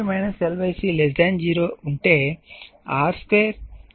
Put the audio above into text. లేదా RL2 LC 0 అంటే RL2 L C